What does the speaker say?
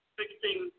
fixing